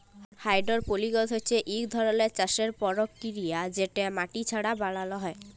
hydroponics হছে ইক ধরলের চাষের পরকিরিয়া যেট মাটি ছাড়া বালালো হ্যয়